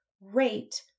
rate